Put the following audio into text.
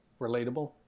Relatable